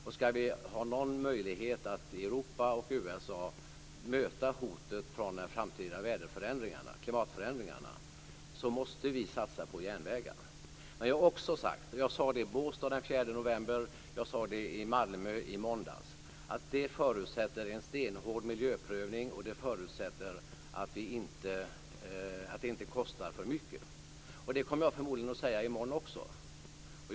Och om vi skall ha någon möjlighet att i Europa och i USA möta hotet från de framtida klimatförändringarna måste vi satsa på järnvägar. Men jag har också sagt - jag sade det i Båstad den 4 november, och jag sade det i Malmö i måndags - att det förutsätter en stenhård miljöprövning och att det inte kostar för mycket. Och det kommer jag förmodligen att säga i morgon också.